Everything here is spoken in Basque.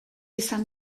izan